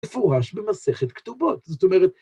מפורש במסכת כתובות, זאת אומרת...